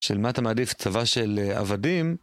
של מה אתה מעדיף? צבא של עבדים?